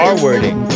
R-wording